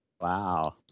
Wow